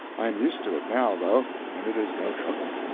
i am used to it now, though, and it is no trouble.